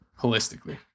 holistically